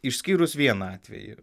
išskyrus vieną atvejį